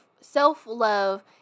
self-love